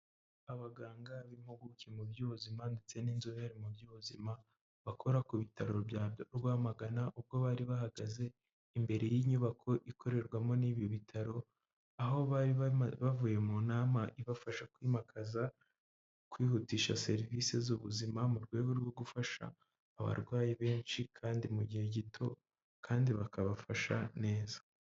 Abaganga b'impuguke mu by'ubuzima ndetse n'inzobere mu by'ubuzima bakora ku bitaro bya rwamagana ubwo bari bahagaze imbere y'inyubako ikorerwamo n'ibi bitaro aho bari bavuye mu nama ibafasha kwimakaza kwihutisha serivisi z'ubuzima mu rwego rwo gufasha abarwayi benshi kandi mu gihe gito kandi bakabafasha neza.